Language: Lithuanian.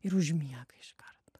ir užmiega iš karto